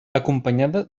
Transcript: acompanyada